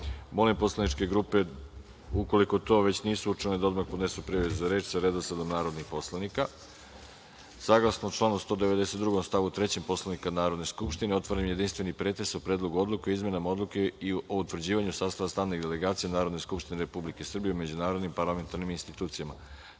grupe. Molim poslaničke grupe, ukoliko to već nisu učinile, da odmah podnesu prijave za reč sa redosledom narodnih poslanika. Saglasno članu 192. stav 3. Poslovnika Narodne skupštine, otvaram jedinstveni pretres o Predlogu odluke o izmenama Odluke o utvrđivanju sastava stalnih delegacija Narodne skupštine Republike Srbije u međunarodnim parlamentarnim institucijama. Da